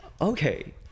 Okay